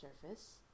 surface